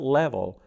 level